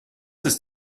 ist